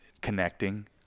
connecting